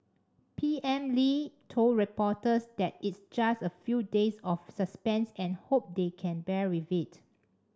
P M Lee told reporters that it's just a few days of suspense and hope they can bear with it